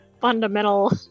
fundamental